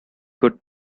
good